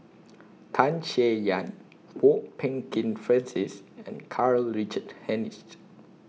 Tan Chay Yan Kwok Peng Kin Francis and Karl Richard Hanitsch